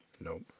Nope